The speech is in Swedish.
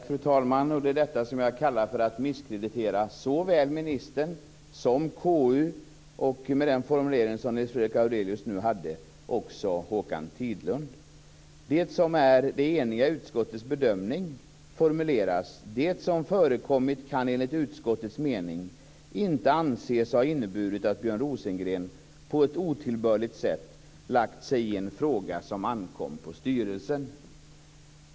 Fru talman! Det är detta jag kallar att misskreditera såväl ministern som KU och med den formulering som Nils Fredrik Aurelius använde också Håkan Det som är det eniga utskottets bedömning formuleras: "Det som förekommit kan enligt utskottets mening inte anses ha inneburit att Björn Rosengren på ett otillbörligt sätt lagt sig i en fråga som ankom på styrelsen."